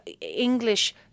English